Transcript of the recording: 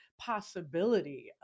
possibility